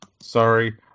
Sorry